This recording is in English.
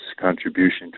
contribution